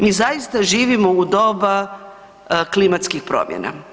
Mi zaista živimo u doba klimatskih promjena.